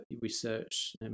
research